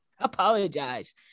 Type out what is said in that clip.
apologize